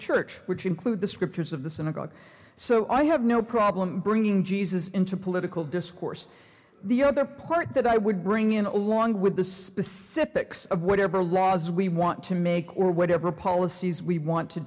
church which include the scriptures of the synagogue so i have no problem bringing jesus into political discourse the other part that i would bring in along with the specifics of whatever laws we want to make or whatever policies we want to